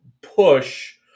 push